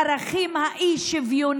זו הצעת החוק.